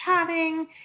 chatting